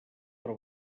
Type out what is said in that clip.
però